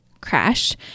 crash